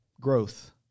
growth